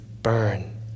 burn